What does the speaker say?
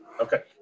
Okay